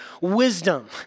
wisdom